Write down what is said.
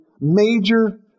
major